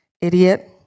idiot